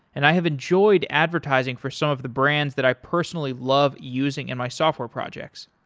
and i have enjoyed advertising for some of the brands that i personally love using in my software projects.